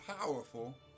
powerful